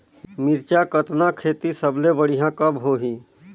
मिरचा कतना खेती सबले बढ़िया कब होही?